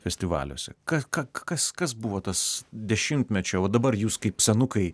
festivaliuose ka ka kas kas buvo tas dešimtmečio va dabar jūs kaip senukai